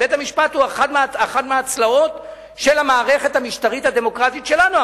בית-המשפט הוא אחת מהצלעות של המערכת המשטרית הדמוקרטית שלנו,